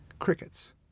crickets